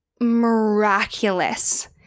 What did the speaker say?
Miraculous